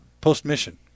post-mission